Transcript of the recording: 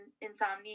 insomnia